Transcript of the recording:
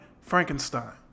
Frankenstein